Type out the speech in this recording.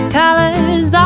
colors